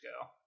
go